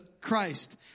Christ